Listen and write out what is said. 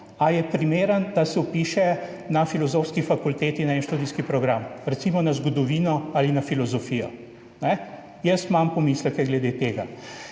je primeren, da se vpiše na Filozofsko fakulteto na en študijski program, recimo na zgodovino ali filozofijo. Jaz imam pomisleke glede tega.